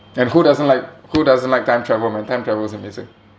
and who doesn't like who doesn't like time travel my time travel was amazing